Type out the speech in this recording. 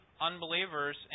unbelievers